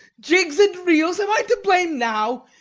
jigs and reels! am i to blame now?